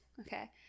Okay